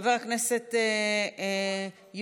חבר הכנסת יוראי,